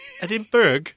Edinburgh